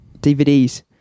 DVDs